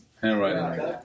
Handwriting